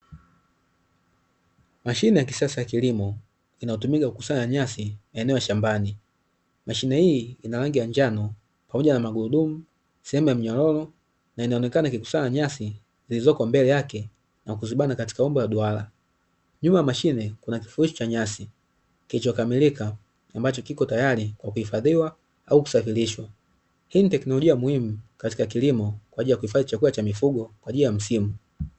Mashine ya kisasa ya kilimo, inayotumika kukusanya nyasi eneo la shambani. Mashine hii ina rangi ya njano pamoja na magurudumu, sehemu ya mnyororo na inaonekana ikikusanya nyasi zilizoko mbele yake na kuzibana katika umbo la duara. Nyuma ya mashine kuna kifurushi cha nyasi kilichokamilika ambacho kiko tayari kwa kuhifadhiwa au kusafirishwa. Hii ni teknolojia muhimu katika kilimo, kwa ajili ya kuhifadhi chakula cha mifugo kwa ajili ya msimu.